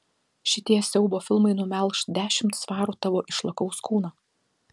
šitie siaubo filmai numelš dešimt svarų tavo išlakaus kūno